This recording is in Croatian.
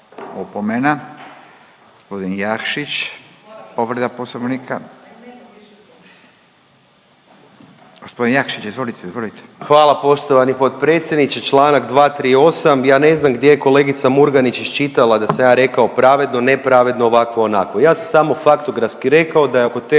Hvala poštovani potpredsjedniče. Čl. 238. ja ne znam gdje je kolegica Murganić iščitala da sam ja rekao pravedno, nepravedno, ovakvo, onakvo. Ja sam samo faktografski rekao da je oko te